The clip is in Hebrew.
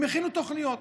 הם הכינו תוכניות.